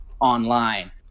online